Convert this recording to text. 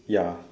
ya